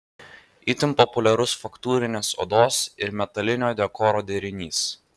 itin populiarus faktūrinės odos ir metalinio dekoro derinys